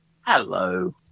Hello